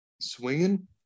swinging